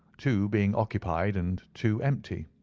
two being occupied and two empty.